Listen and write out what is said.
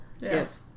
Yes